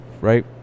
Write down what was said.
right